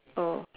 oh